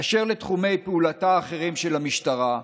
"אשר לתחומי פעולתה האחרים של המשטרה,